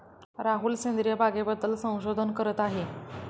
राहुल सेंद्रिय बागेबद्दल संशोधन करत आहे